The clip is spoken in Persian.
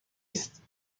است